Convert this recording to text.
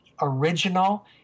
original